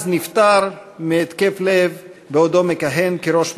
נפטר מהתקף לב בעודו מכהן כראש ממשלה,